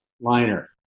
liner